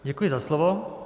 Děkuji za slovo.